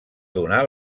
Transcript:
donar